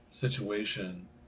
situation